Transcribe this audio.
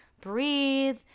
breathe